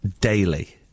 daily